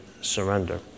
surrender